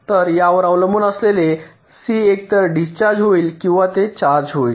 तर यावर अवलंबून असलेले सी एकतर डिस्चार्ज होईल किंवा ते चार्ज होईल